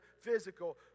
physical